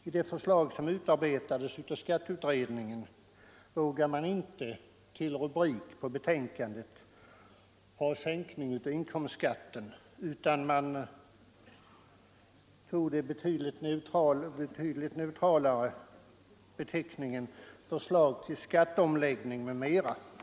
I det förslag som utarbetats av skatteutredningen vågade man inte till rubrik på betänkandet ha Sänkning av inkomstskatten, utan man tog den betydligt neutralare beteckningen Förslag till skatteomläggning m.m.